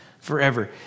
forever